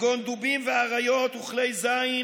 כגון דובים ואריות, וכלי זין